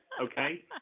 okay